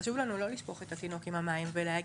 חשוב לנו לא לשפוך את התינוק עם המים ולהגיד,